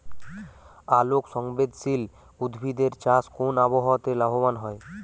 আলোক সংবেদশীল উদ্ভিদ এর চাষ কোন আবহাওয়াতে লাভবান হয়?